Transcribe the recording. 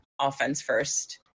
offense-first